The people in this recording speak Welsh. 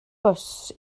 bws